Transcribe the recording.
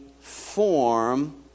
form